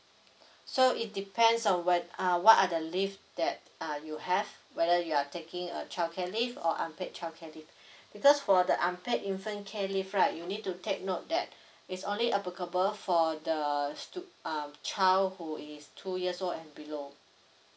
so it depends on when uh what are the leave that uh you have whether you are taking a childcare leave or unpaid childcare leave because for the unpaid infant care leave right you need to take note that is only applicable for the stu~ um child who is two years old and below